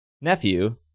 nephew